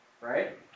right